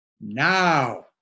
Now